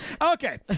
Okay